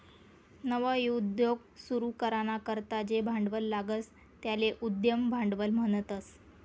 नवा उद्योग सुरू कराना करता जे भांडवल लागस त्याले उद्यम भांडवल म्हणतस